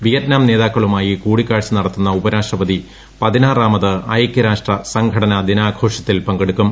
Vietnam നേതാക്കളുമായി കൂടിക്കാഴ്ച നടത്തുന്ന ഉപരാഷ്ട്രപതി പതിനാറാമത് ഐക്യരാഷ്ട്ര സംഘടന ദിനാഘോഷത്തിൽ പങ്കെടുക്കും